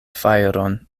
fajron